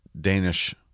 Danish